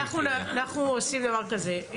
אנחנו עושים דבר כזה,